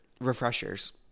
refreshers